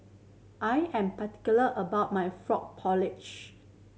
I am particular about my frog porridge